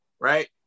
right